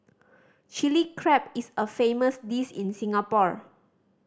Chilli Crab is a famous dish in Singapore